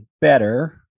better